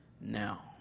now